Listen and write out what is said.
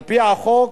על-פי החוק,